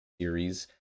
series